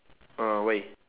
ah why